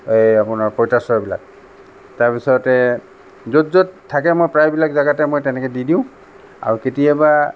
এই আপোনাৰ পঁইতাচোৰাবিলাক তাৰ পিছতে য'ত য'ত থাকে মই প্ৰায়বিলাক জাগাতে মই তেনেকৈ দি দিওঁ আৰু কেতিয়াবা